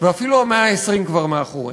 ואפילו המאה ה-20 כבר מאחורינו.